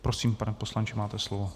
Prosím, pane poslanče, máte slovo.